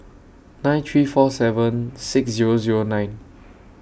nine three four seven six Zero Zero nine